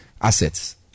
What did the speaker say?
assets